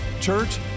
Church